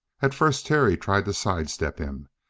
at first terry tried to sidestep him.